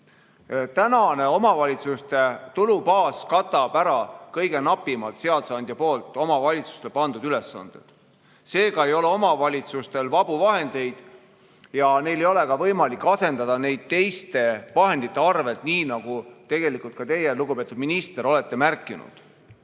Praegune omavalitsuste tulubaas katab kõige napimalt ära ülesanded, mis seadusandja on omavalitsustele pannud. Seega ei ole omavalitsustel vabu vahendeid ja neil ei ole ka võimalik asendada neid teiste vahendite arvel, nii nagu tegelikult ka teie, lugupeetud minister, olete märkinud.